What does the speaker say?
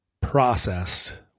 processed